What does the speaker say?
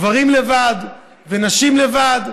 גברים לבד ונשים לבד,